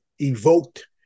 evoked